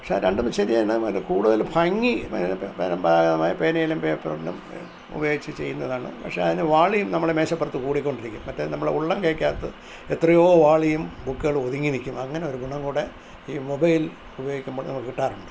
പക്ഷെ അതു രണ്ടും ശരിയാണ് മറ്റെ കൂടുതൽ ഭംഗി പിന്നെ പേനയിലും പേപ്പറിലും ഉപയോഗിച്ചു ചെയ്യുന്നതാണ് പക്ഷെ അതിനു വോളിയം നമ്മുടെ മേശപ്പുറത്തു കൂടിക്കൊണ്ടിരിക്കും മറ്റേത് നമ്മളുടെ ഉള്ളം കൈക്കകത്ത് എത്രയോ വോളിയം ബുക്കുകൾ ഒതുങ്ങി നിൽക്കും അങ്ങനൊരു ഗുണം കൂടി ഈ മൊബൈൽ ഉപയോഗിക്കുമ്പോൾ നമുക്ക് കിട്ടാറുണ്ട്